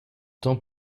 tant